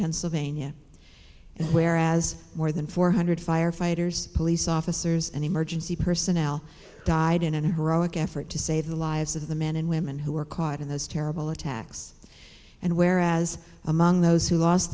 pennsylvania and whereas more than four hundred firefighters police officers and emergency personnel died in an heroic effort to save the lives of the men and women who were caught in those terrible attacks and whereas among those who lost